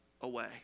away